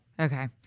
Okay